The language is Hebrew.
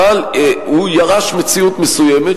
אבל הוא ירש מציאות מסוימת,